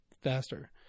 faster